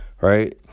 right